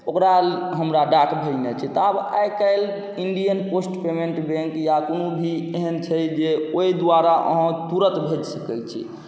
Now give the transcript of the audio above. ओकरा हमरा डाक भेजनाइ छै तऽ आब आइकाल्हि इण्डिअन पोस्ट पेमेन्ट बैंक या कोनो भी एहन छै जे ओहि द्वारा अहाँ तुरन्त भेज सकै छी